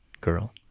girl